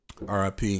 RIP